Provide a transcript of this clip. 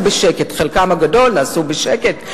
חלקם הגדול של הלחצים נעשו בשקט,